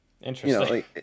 Interesting